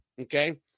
Okay